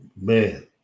man